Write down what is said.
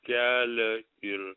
kelia ir